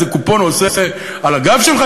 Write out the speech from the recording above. איזה קופון הוא עושה על הגב שלך,